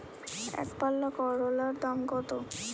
একপাল্লা করলার দাম কত?